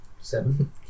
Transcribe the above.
Seven